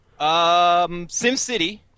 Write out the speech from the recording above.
SimCity